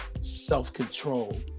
self-control